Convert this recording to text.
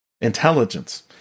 Intelligence